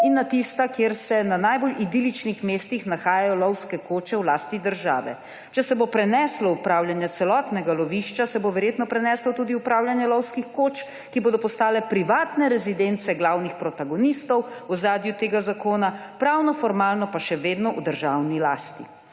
in na tista, kjer se na najbolj idiličnih mestih nahajajo lovske koče v lasti države. Če se bo preneslo upravljanje celotnega lovišča, se bo verjetno preneslo tudi upravljanje lovskih koč, ki bodo postale privatne rezidence glavnih protagonistov v ozadju tega zakona, pravnoformalno pa še vedno v državni lasti.